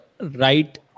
right